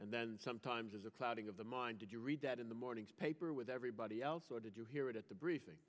and then sometimes as a clouding of the mind did you read that in the morning's paper with everybody else or did you hear it at the briefing